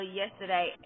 yesterday